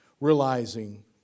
realizing